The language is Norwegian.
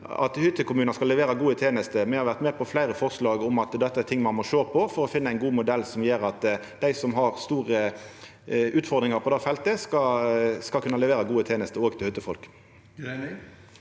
at hyttekommunar skal levera gode tenester. Me har vore med på fleire forslag om at dette er noko ein må sjå på for å finna ein god modell som gjer at dei som har store utfordringar på det feltet, skal kunna levera gode tenester òg til hyttefolk.